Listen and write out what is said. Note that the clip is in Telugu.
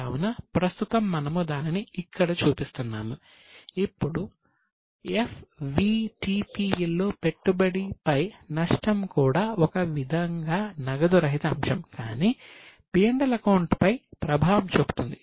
కావున ప్రస్తుతం మనము దానిని ఇక్కడ చూపిస్తున్నాము అప్పుడు FVTPL లో పెట్టుబడిపై నష్టం కూడా ఒక విధంగా నగదు రహిత అంశం కానీ P L అకౌంట్ పై ప్రభావం చూపుతుంది